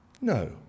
No